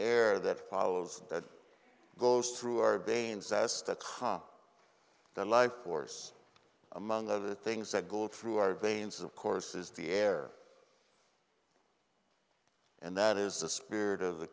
air that follows that goes through our veins as to cause the life force among other things that go through our veins of course is the air and that is the spirit of the